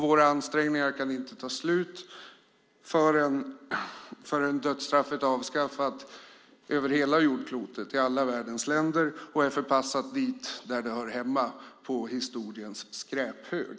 Våra ansträngningar kan inte ta slut förrän dödsstraffet är avskaffat över hela jordklotet, i alla världens länder, och förpassat dit det hör hemma: på historiens skräphög.